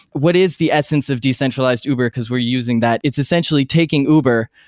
what is the essence of decentralized uber, because we're using that? it's essentially taking uber,